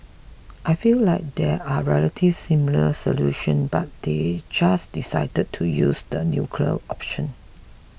I feel like there are relatively simpler solutions but they just decided to use the nuclear option